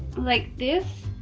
like this.